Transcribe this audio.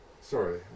sorry